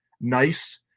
nice